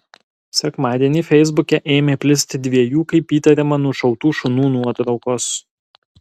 sekmadienį feisbuke ėmė plisti dviejų kaip įtariama nušautų šunų nuotraukos